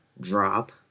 drop